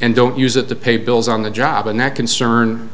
and don't use it to pay bills on the job and that concern